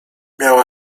miała